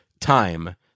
time